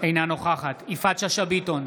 אינה נוכחת יפעת שאשא ביטון,